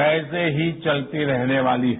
वैसे ही चलती रहने वाली है